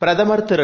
பிரதமர்திரு